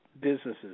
businesses